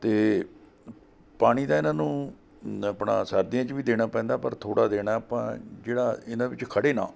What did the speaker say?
ਅਤੇ ਪਾਣੀ ਤਾਂ ਇਹਨਾਂ ਨੂੰ ਨ ਆਪਣਾ ਸਰਦੀਆਂ 'ਚ ਵੀ ਦੇਣਾ ਪੈਂਦਾ ਪਰ ਥੋੜ੍ਹਾ ਦੇਣਾ ਆਪਾਂ ਜਿਹੜਾ ਇਹਨਾਂ ਵਿੱਚ ਖੜ੍ਹੇ ਨਾ